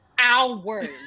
Hours